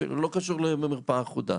זה אפילו לא קשור למרפאה אחודה.